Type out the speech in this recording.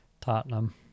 Tottenham